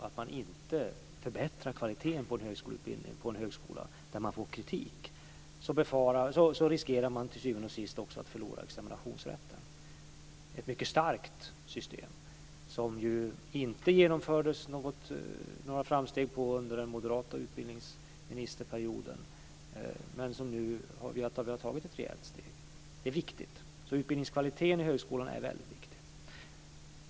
Om man inte förbättrar kvaliteten i utbildningen på en högskola där man får kritik för bristande kvalitet, riskerar man till syvende och sist att förlora examinationsrätten. Det är ett mycket starkt system. Det genomfördes inte några framsteg i det avseendet under den moderata utbildningsministerperioden, men nu har vi tagit ett rejält steg framåt. Det är viktigt. Utbildningskvaliteten i högskolan är väldigt viktig.